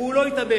והוא לא התאבד,